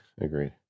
agreed